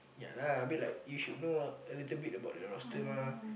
ya lah I mean like you should know a little bit about the roster mah